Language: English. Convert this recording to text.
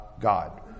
God